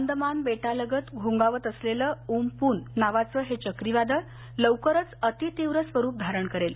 अंदमान बेटालगत घोंगावत असलेलं उम पून नावाचं हे चक्रीवादळ लवकरच अती तीव्र स्वरूप धारण करेल